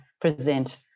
present